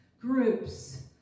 groups